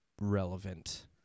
relevant